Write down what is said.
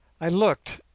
i looked,